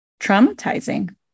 traumatizing